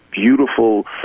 beautiful